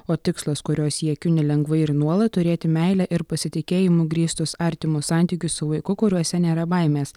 o tikslas kurio siekiu nelengvai ir nuolat turėti meile ir pasitikėjimu grįstus artimus santykius su vaiku kuriuose nėra baimės